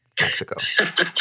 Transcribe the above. Mexico